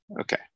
okay